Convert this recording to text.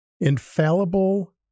infallible